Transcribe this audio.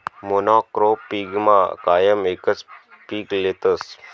मोनॉक्रोपिगमा कायम एकच पीक लेतस